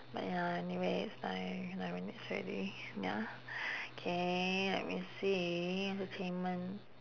but ya anyways now nine minutes already wait ah K let me see the